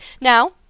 Now